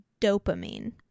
dopamine